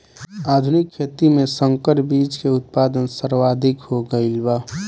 आधुनिक खेती में संकर बीज के उत्पादन सर्वाधिक हो गईल बा